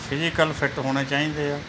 physical fit ਹੋਣੇ ਚਾਹੀਦੇ ਆ